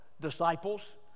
disciples